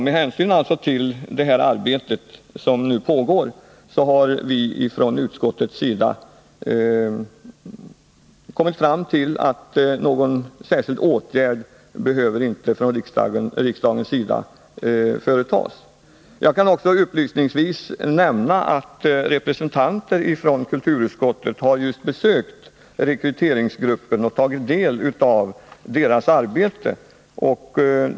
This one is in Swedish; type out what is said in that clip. Med hänsyn till det arbete som nu pågår har vi från utskottets sida kommit 105 fram till att riksdagen inte behöver vidta några särskilda åtgärder. Jag kan också upplysningsvis nämna att representanter för kulturutskottet just har besökt rekryteringsgruppen och tagit del av dess arbete.